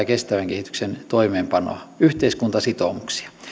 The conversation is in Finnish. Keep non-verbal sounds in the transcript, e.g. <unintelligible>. <unintelligible> kestävän kehityksen toimeenpanoa yhteiskuntasitoumuksia